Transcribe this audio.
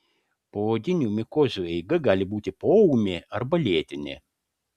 poodinių mikozių eiga gali būti poūmė arba lėtinė